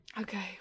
Okay